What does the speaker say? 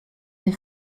des